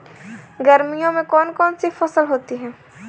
गर्मियों में कौन कौन सी फसल होती है?